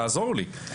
תעזור לי עם זה.